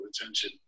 attention